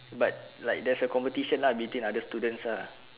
but like there's a competition lah between other students lah